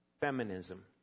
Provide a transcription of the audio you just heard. Feminism